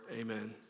amen